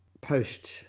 post